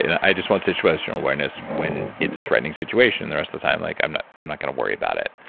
and i just want situational awareness when it's a threatening situation. the rest of time, like i'm not i'm not going to worry about it.